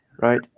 right